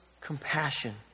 compassion